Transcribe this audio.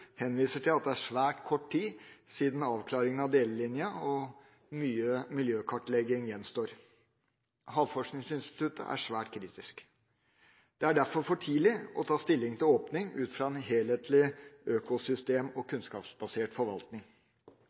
henviser til at det er svært kort tid siden avklaringene av delelinjen, og mye miljøkartlegging gjenstår. Havforskningsinstituttet er svært kritisk. Det er derfor for tidlig å ta stilling til åpning ut fra en helhetlig økosystem- og kunnskapsbasert forvaltning.